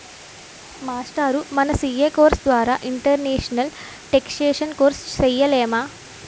మాస్టారూ మన CA course ద్వారా ఇంటర్నేషనల్ టేక్సేషన్ కోర్సు సేయలేమా